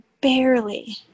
barely